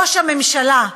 ראש הממשלה,